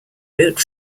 route